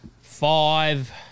Five